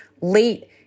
late